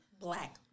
black